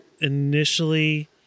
initially